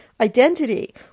identity